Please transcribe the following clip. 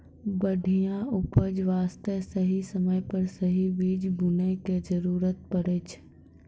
बढ़िया उपज वास्तॅ सही समय पर सही बीज बूनै के जरूरत पड़ै छै